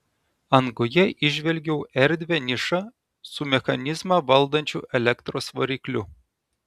angoje įžvelgiau erdvią nišą su mechanizmą valdančiu elektros varikliu